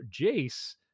jace